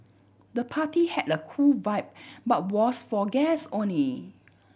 the party had a cool vibe but was for guests only